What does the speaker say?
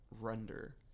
Render